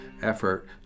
effort